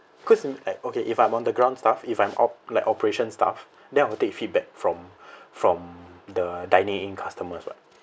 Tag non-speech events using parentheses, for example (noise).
cause okay if I'm on the ground staff if I'm op~ like operation staff then I'll take feedback from (breath) from the dining in customers what